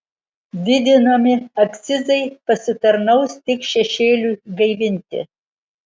didinami akcizai pasitarnaus tik šešėliui gaivinti